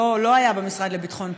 לא היה במשרד לביטחון פנים,